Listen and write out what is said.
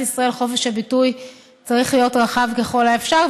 ישראל חופש הביטוי צריך להיות רחב ככל האפשר,